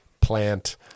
plant